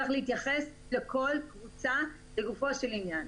צריך להתייחס לכל קבוצה לגופו של עניין.